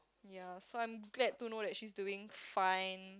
ya so I'm glad to know that she's doing fine